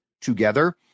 together